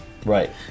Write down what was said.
right